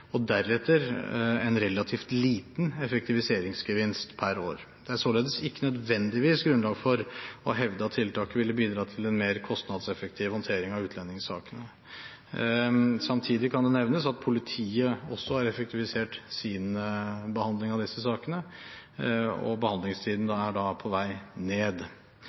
og deretter en relativt liten effektiviseringsgevinst per år. Det er således ikke nødvendigvis grunnlag for å hevde at tiltaket ville bidratt til en mer kostnadseffektiv håndtering av utlendingssakene. Samtidig kan det nevnes at politiet også har effektivisert sin behandling av disse sakene, og behandlingstiden er på vei ned.